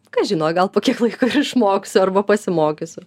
kas žino gal po kiek laiko ir išmoksiu arba pasimokysiu